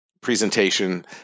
presentation